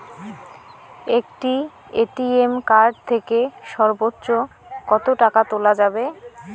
একটি ATM card থেকে সর্বোচ্চ কত টাকা তোলা যাবে?